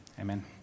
amen